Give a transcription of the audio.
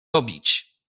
robić